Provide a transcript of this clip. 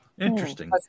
Interesting